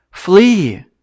Flee